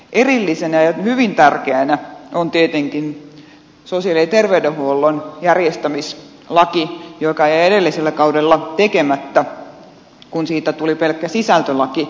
erillisenä ja hyvin tärkeänä asiana on tietenkin sosiaali ja terveydenhuollon järjestämislaki joka jäi edellisellä kaudella tekemättä kun siitä tuli pelkkä sisältölaki